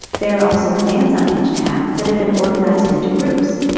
there are also commands on each tab that have been organized into groups.